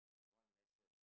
one lesson